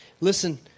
Listen